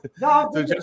No